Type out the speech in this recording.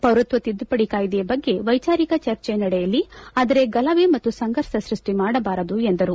ಪೌರತ್ವ ತಿದ್ದುಪಡಿ ಕಾಯ್ದೆ ಬಗ್ಗೆ ವೈಚಾರಿಕ ಚರ್ಚೆ ನಡೆಯಲಿ ಆದರೆ ಗಲಭೆ ಮತ್ತು ಸಂಘರ್ಷ ಸೃಷ್ಟಿ ಮಾಡಬಾರದು ಎಂದರು